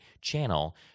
channel